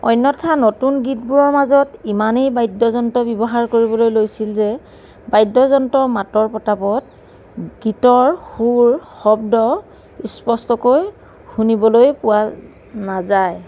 অন্যথা নতুন গীতবোৰৰ মাজত ইমানেই বাদ্য যন্ত্ৰ ব্যৱহাৰ কৰিবলৈ লৈছিল যে বাদ্য যন্ত্ৰৰ মাতৰ প্ৰতাপত গীতৰ সুৰ শব্দ স্পষ্টকৈ শুনিবলৈ পোৱা নাযায়